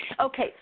Okay